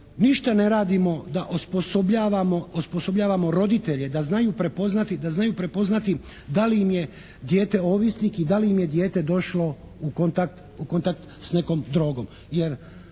Ništa ne radimo da osposobljavamo roditelje da znaju prepoznati da li im je dijete ovisnik i da li im je dijete došlo u kontakt s nekom drogom.